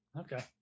Okay